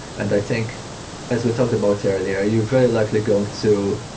and i think as we talked about earlier, you're very likely going to,